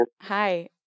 Hi